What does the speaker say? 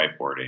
whiteboarding